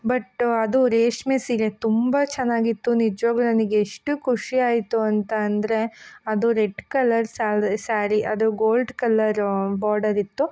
but ಅದು ರೇಷ್ಮೆ ಸೀರೆ ತುಂಬ ಚೆನ್ನಾಗಿತ್ತು ನಿಜ್ವಾಗ್ಯೂ ನನಗೆ ಎಷ್ಟು ಖುಷಿ ಆಯಿತು ಅಂತ ಅಂದರೆ ಅದು ರೆಡ್ ಕಲರ್ ಸ್ಯಾಲ್ ಸ್ಯಾರಿ ಅದು ಗೋಲ್ಡ್ ಕಲರು ಬಾರ್ಡರ್ ಇತ್ತು